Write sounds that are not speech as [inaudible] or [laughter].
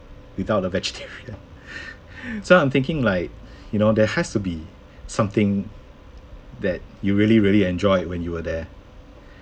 without a vegetarian [laughs] so I'm thinking like you know there has to be something that you really really enjoyed when you were there